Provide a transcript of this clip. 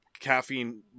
caffeine